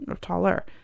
Taller